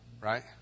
right